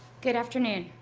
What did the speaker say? good afternoon.